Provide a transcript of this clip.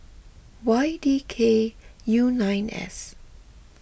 Y D K U nine S